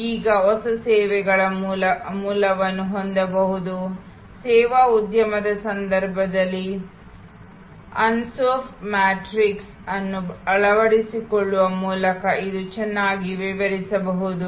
ಈಗ ಹೊಸ ಸೇವೆಗಳು ಮೂಲವನ್ನು ಹೊಂದಬಹುದು ಸೇವಾ ಉದ್ಯಮದ ಸಂದರ್ಭದಲ್ಲಿ ಅನ್ಸಾಫ್ ಮ್ಯಾಟ್ರಿಕ್ಸ್ ಅನ್ನು ಅಳವಡಿಸಿಕೊಳ್ಳುವ ಮೂಲಕ ಇದನ್ನು ಚೆನ್ನಾಗಿ ವಿವರಿಸಬಹುದು